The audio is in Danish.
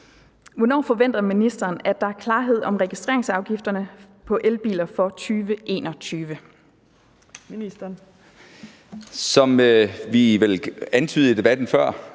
Hvornår forventer ministeren at der er klarhed om registreringsafgifterne på elbiler for 2021? Kl. 15:36 Fjerde næstformand